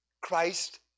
Christ